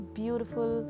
beautiful